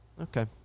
Okay